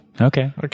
Okay